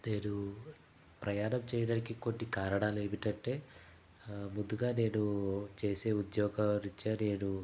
నేను ప్రయాణం చేయడానికి కొన్ని కారణాలేమిటంటే ముందుగా నేను చేసే ఉద్యోగ రీత్యా నేను